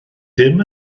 ddim